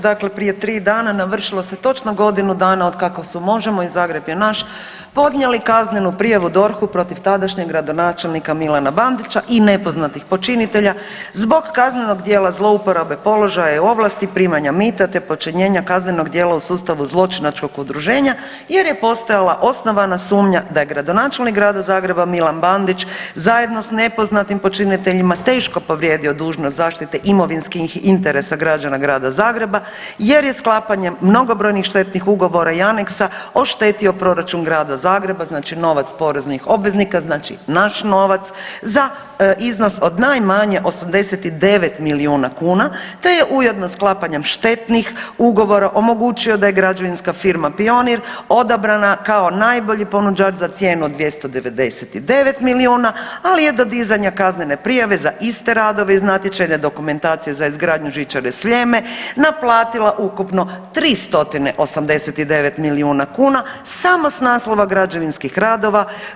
Dakle, prije 3 dana navršilo se točno godinu dana od kako su Možemo i Zagreb je naš podnijeli kaznenu prijavu DORH-u protiv tadašnjeg gradonačelnika Milana Bandića i nepoznatih počinitelja zbog kaznenog dijela zlouporabe položaja i ovlasti, primanja mita te počinjenja kaznenog djela u sustavu zločinačkog udruženja jer je postojala osnovana sumnja da je gradonačelnik Grada Zagreba Milan Bandić zajedno sa nepoznatim počiniteljima teško povrijedio dužnost zaštite imovinskih interesa građana Grada Zagreba jer je sklapanjem mnogobrojnih štetnih ugovora i aneksa oštetio proračun Grada Zagreba, znači novac poreznih obveznika znači naš novac za iznos od najmanje 89 milijuna kuna te je ujedno sklapanjem štetnih ugovora omogućio da je građevinska firma Pionir odabrana kao najbolji ponuđač za cijenu od 299 miliona ali je do dizanja kaznene prijave za iste radove iz natječajne dokumentacije za izgradnju žičare Sljeme naplatila ukupno 389 milijuna kuna samo s naslova građevinskih radova.